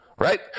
Right